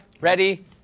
Ready